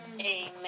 Amen